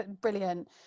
Brilliant